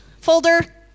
folder